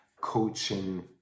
coaching